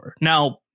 Now